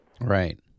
Right